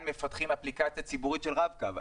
מפתחים אפליקציה ציבורית של רב-קו?